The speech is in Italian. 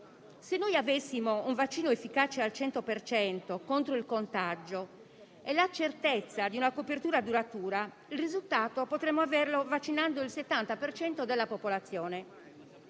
Se avessimo un vaccino efficace al cento per cento contro il contagio e la certezza di una copertura duratura, il risultato potremmo averlo vaccinando il 70 per cento della popolazione.